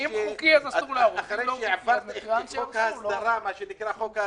חוקי אחרי שהעברת את חוק ההסדרה,